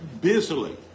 busily